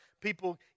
people